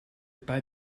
pas